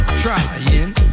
Trying